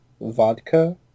vodka